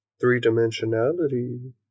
Three-dimensionality